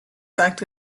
sagt